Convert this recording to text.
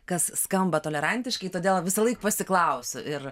kas skamba tolerantiškai todėl visąlaik pasiklausiu ir